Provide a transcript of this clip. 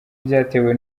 byatewe